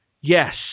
yes